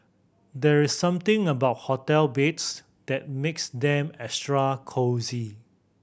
there's something about hotel beds that makes them extra cosy